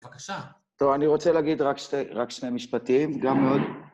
בבקשה. טוב, אני רוצה להגיד רק שני משפטים, גם עוד.